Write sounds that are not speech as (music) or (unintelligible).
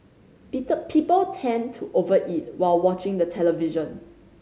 (unintelligible) people tend to over eat while watching the television